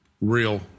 real